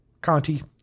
Conti